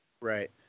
Right